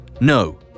No